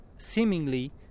seemingly